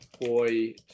boy